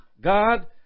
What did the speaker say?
God